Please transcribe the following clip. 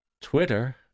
Twitter